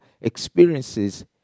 experiences